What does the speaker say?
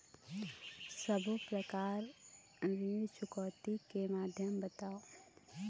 सब्बो प्रकार ऋण चुकौती के माध्यम बताव?